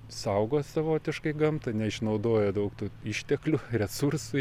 saugo savotiškai gamtą neišnaudoja daug tų išteklių resursų